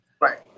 Right